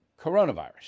coronavirus